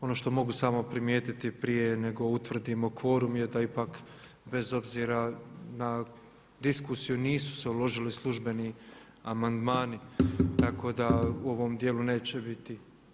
Ono što mogu samo primijetiti prije nego utvrdimo kvorum je da ipak bez obzira na diskusiju nisu se uložili službeni amandmani, tako da u ovom dijelu neće biti.